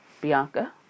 Bianca